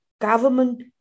government